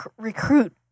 recruit